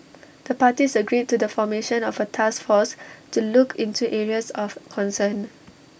the parties agreed to the formation of A task force to look into areas of concern